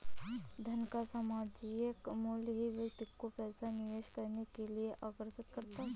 धन का सामायिक मूल्य ही व्यक्ति को पैसा निवेश करने के लिए आर्कषित करता है